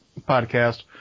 podcast